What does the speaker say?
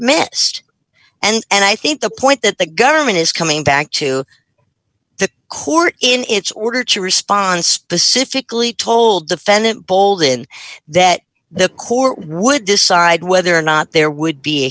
missed and i think the point that the government is coming back to the court in its order to respond specifically told defendant bolden that the court would decide whether or not there would be a